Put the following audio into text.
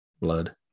blood